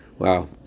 Wow